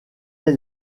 est